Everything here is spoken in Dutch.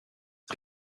het